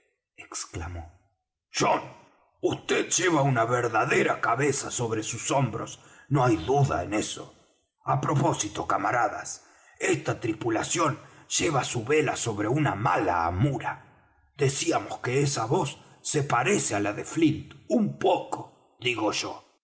exclamó john vd lleva una verdadera cabeza sobre sus hombros no hay duda en eso á propósito camaradas esta tripulación lleva su vela sobre una mala amura decíamos que esa voz se parece á la de flint un poco digo yo